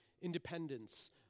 independence